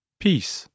peace